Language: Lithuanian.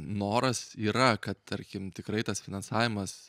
noras yra kad tarkim tikrai tas finansavimas